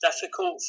difficult